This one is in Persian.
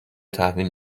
تحویل